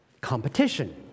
competition